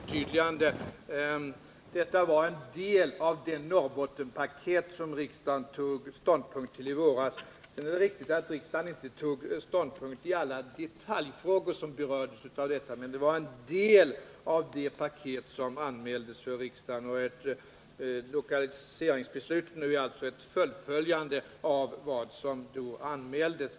Herr talman! Bara ett förtydligande: detta var en del av det Norrbottenpaket som riksdagen tog ställning till i våras. Det är riktigt att riksdagen inte fattade ståndpunkt i alla detaljfrågor som berördes, men detta var en del av det paket som anmäldes för riksdagen. Lokaliseringsbesluten innebär alltså ett fullföljande av vad som då anmäldes.